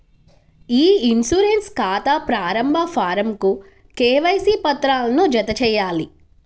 ఇ insurance ఖాతా ప్రారంభ ఫారమ్కు కేవైసీ పత్రాలను జతచేయాలి